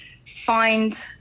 Find